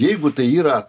jeigu tai yra